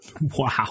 Wow